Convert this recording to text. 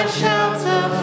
shelter